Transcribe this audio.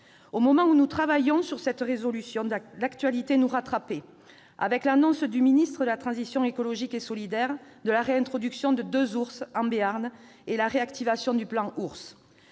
Alors que nous travaillions sur cette proposition de résolution, l'actualité nous a rattrapés avec l'annonce, par le ministre de la transition écologique et solidaire, de la réintroduction de deux ours en Béarn et de la réactivation du plan Ours.